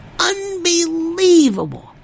unbelievable